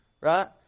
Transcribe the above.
right